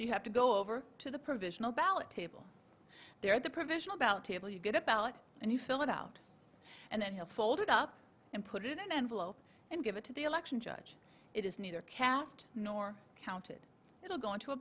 you have to go over to the provisional ballot table there at the provisional ballot table you get a ballot and you fill it out and then he'll fold it up and put it in an envelope and give it to the election judge it is neither cast nor counted it will go into a